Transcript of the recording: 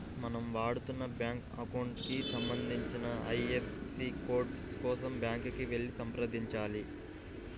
మనం వాడుతున్న bank account కి సంబంధించిన ఐ.ఎఫ్.ఎస్.సి కోడ్ కోసం బ్యాంకుకి వెళ్లి సంప్రదించాలి